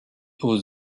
aux